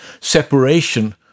separation